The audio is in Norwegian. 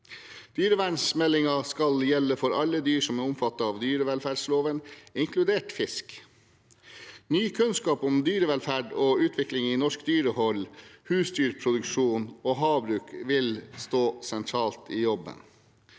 Dyrevelferdsmeldingen skal gjelde for alle dyr som er omfattet av dyrevelferdsloven, inkludert fisk. Ny kunnskap om dyrevelferd og utviklingen i norsk dyrehold, husdyrproduksjon og havbruk vil stå sentralt i dette